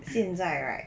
现在 right